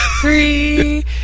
three